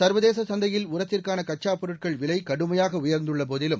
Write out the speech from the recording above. சர்வதேச சந்தையில் உரத்திற்கான கச்சாப் பொருட்கள் விலை கடுமையாக உயர்ந்துள்ள போதிலும்